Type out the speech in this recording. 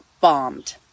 bombed